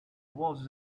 was